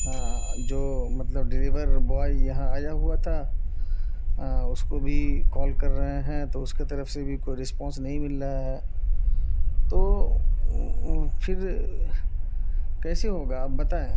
ہاں جو مطلب ڈلیور بوائے یہاں آیا ہوا تھا اس کو بھی کال کر رہے ہیں تو اس کے طرف سے بھی کوئی ڑسپانس نہیں مل رہا ہے تو پھر کیسے ہوگا آپ بتائیں